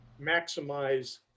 maximize